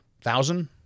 Thousand